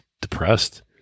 depressed